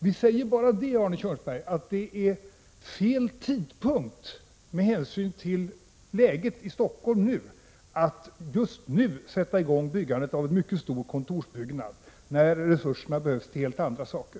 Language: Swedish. Vi säger bara, Arne Kjörnsberg, att det med hänsyn till läget i Stockholm är fel tidpunkt att just nu, när resurserna behövs till helt andra saker, sätta i gång byggandet av en mycket stor kontorsbyggnad.